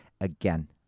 again